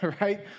right